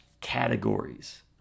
categories